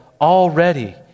already